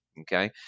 okay